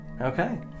Okay